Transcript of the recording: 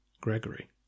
Gregory